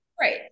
Right